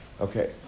Okay